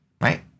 right